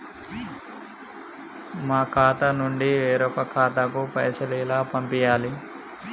మా ఖాతా నుండి వేరొక ఖాతాకు పైసలు ఎలా పంపియ్యాలి?